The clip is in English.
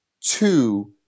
two